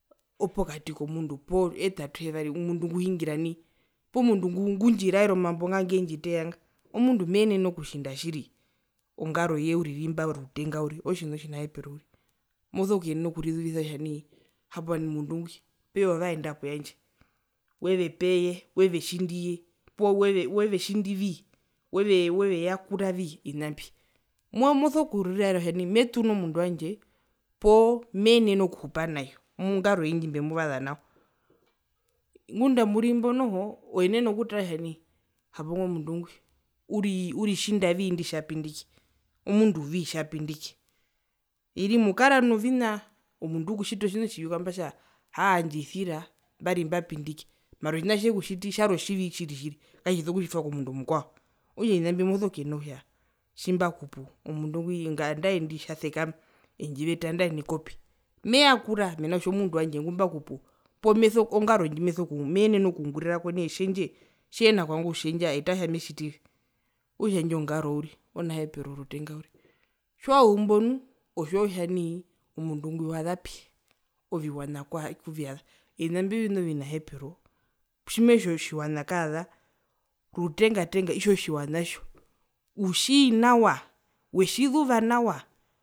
Opokati komundu poo owete atuyevari omundu nguhungira nai poo mundu ngundji raera omambo nga ngendjiteya nga omundu meenene okutjinda tjiri ongaroye uriri imba rutenga ootjina otjinahepero mosokurisuvisa kutja nai hapo mundu ngwi peya ovaenda poyandje wevepeye wevetjindiye poo we vetjindi vii weve yakuravii ovina mbi moso kuriraera kutja nai metunu omundu wandje poo meenene okuhupa nayo ongaroye ndjimbemuvasa nao ngunda maurimbo noho oenene okutara kutja nai hapo ingo mundu ngwi uri uritjindavii indi tjapindike omundu vii tjapindike oiri imwe ukara novina omundu ukutjita otjina otjivi tjamba atja aahaa ndjiisira mbari ambapindike mara otjina tjekutjiti tjari otjivi tjiri tjiri katjiso kutjitwa komundu omukwao okutja ovina mbio moso kutjiwa kutja tjimbakupu omundu ngwi andae indi tjasekama endjivete andaee nekopi meyakura mena rokutja omundu wandje ngumbakupu poo mesoku poo ngaro ndjimesoku meenene okungurirako nai etjendje tjehena kuvanga okutjendja ataa kutja metjitivi okutja indjo ngaro uriri onahepero rutenga uriri tjiwazumbo otjiwa kutja nai omundu ngwi wazapi oviwana kuvyaza ovina mbio ovina ovinahepero tjimetja otjiwana kaza rutenga tenga itjo tjiwana tjo utjii nawa wetjizuva nawa.